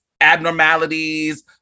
abnormalities